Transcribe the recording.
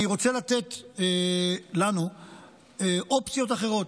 אני רוצה לתת לנו אופציות אחרות.